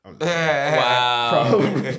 Wow